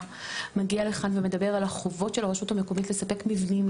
מגיע לכאן ומדבר על החובות של הרשות המקומית לספק מבנים,